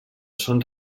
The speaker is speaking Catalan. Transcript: són